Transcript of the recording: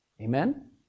Amen